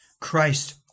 Christ